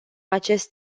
acest